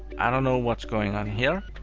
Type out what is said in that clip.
i don't know what's going on here.